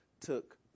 took